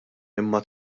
imma